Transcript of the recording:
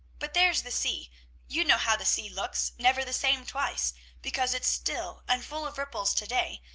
but there's the sea you know how the sea looks, never the same twice because it's still and full of ripples to-day,